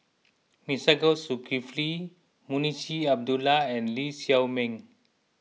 Masagos Zulkifli Munshi Abdullah and Lee Shao Meng